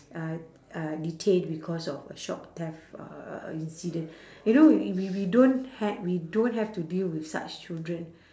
uh uh detained because of a shop theft uh incident you know we we don't ha~ we don't have to deal with such children